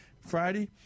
Friday